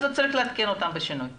אז אתה צריך לעדכן אותם בשינוי.